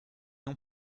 non